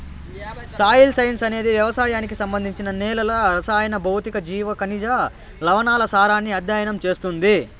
soil science అనేది వ్యవసాయానికి సంబంధించి నేలల రసాయన, భౌతిక, జీవ, ఖనిజ, లవణాల సారాన్ని అధ్యయనం చేస్తుంది